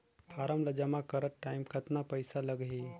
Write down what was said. Form ला जमा करत टाइम कतना पइसा लगही?